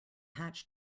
hatch